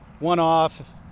one-off